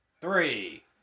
Three